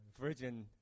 Virgin